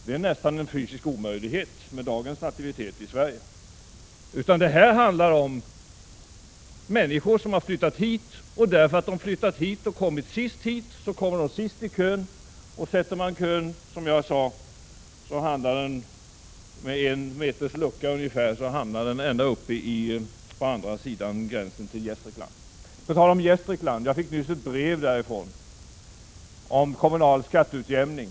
Det är nästan en fysisk omöjlighet med dagens nativitet i Sverige. Det här handlar om människor som har flyttat hit, och eftersom de har flyttat hit har de hamnat sist i bostadskön. Om personerna i kön står med ungefär en meters mellanrum hamnar kön ända uppe på andra sidan gränsen till Gästrikland. På tal om Gästrikland: Jag fick nyss ett brev från Gästrikland om kommunal skatteutjämning.